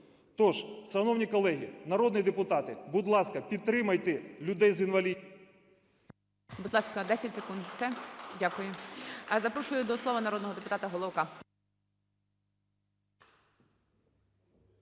Тож, шановні колеги народні депутати, будь ласка, підтримайте людей з інвалідністю.